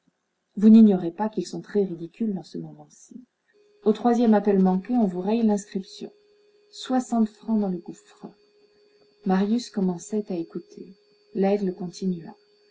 vous n'ignorez pas qu'ils sont très ridicules dans ce moment-ci au troisième appel manqué on vous raye l'inscription soixante francs dans le gouffre marius commençait à écouter laigle continua